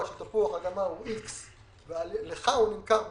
של תפוח אדמה הוא X ואילו לך הוא נמכר ב-X4,